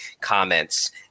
comments